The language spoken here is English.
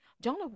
Jonah